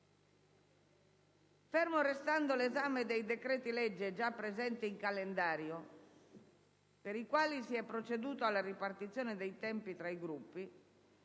Fermo restando l'esame dei decreti-legge già presenti in calendario, per i quali si è proceduto alla ripartizione dei tempi tra i Gruppi,